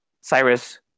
Cyrus